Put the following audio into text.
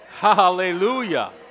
Hallelujah